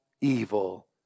evil